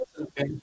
Okay